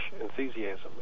enthusiasm